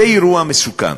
זה אירוע מסוכן.